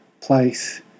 place